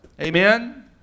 Amen